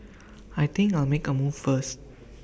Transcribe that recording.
I think I'll make A move first